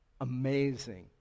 Amazing